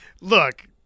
look